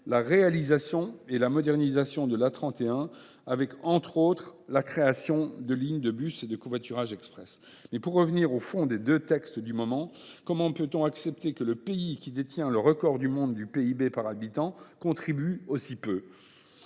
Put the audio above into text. la réalisation et la modernisation de l’A31, avec, entre autres aménagements, la création de lignes de bus et de covoiturage express. Pour en revenir au texte, comment peut on accepter que le pays qui détient le record du monde du PIB par habitant contribue aussi peu,